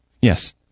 Yes